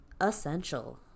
essential